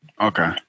Okay